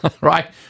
right